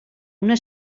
una